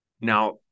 Now